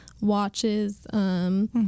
Watches